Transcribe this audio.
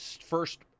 first